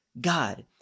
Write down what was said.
God